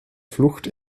flucht